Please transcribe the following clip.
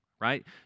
right